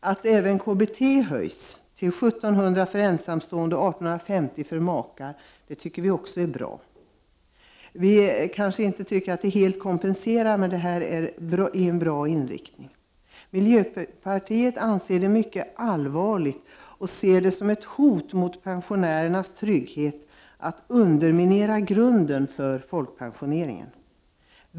Att även KBT höjs till 1700 kr. för ensamstående och 1850 kr. för makar tycker vi också är bra. Vi tycker kanske att det inte helt kompenserar, men det är en bra inriktning. Miljöpartiet anser det mycket allvarligt och ser det som ett hot mot pensionärernas trygghet att man underminerar grunden för folkpensioneringen.